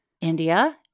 India